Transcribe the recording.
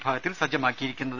വിഭാഗത്തിൽ സജ്ജമാക്കിയിരിക്കുന്നത്